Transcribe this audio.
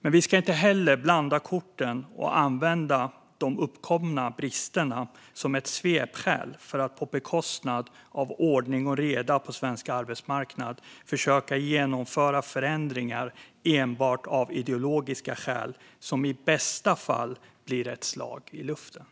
Men vi ska inte heller blanda korten och använda de uppkomna bristerna som ett svepskäl för att på bekostnad av ordning och reda på svensk arbetsmarknad försöka genomföra förändringar enbart av ideologiska skäl, som i bästa fall blir ett slag i luften.